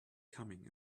coming